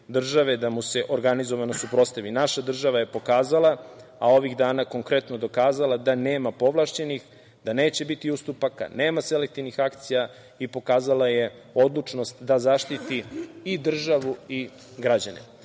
da mu se organizovano suprotstavi. Naša država je pokazala, a ovih dana konkretno dokazala da nema povlašćenih, da neće biti ustupaka, nema selektivnih akcija i pokazala je odlučnost da zaštiti i državu i građane. Mi